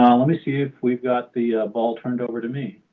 um let me see if we've got the ball turned over to me.